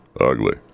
ugly